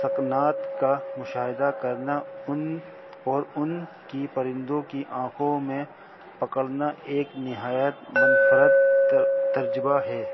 سکنات کا مشاہدہ کرنا ان اور ان کی پرندوں کی آنکھوں میں پکڑنا ایک نہایت منفرد ترجبہ ہے